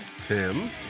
Tim